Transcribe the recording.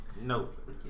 Nope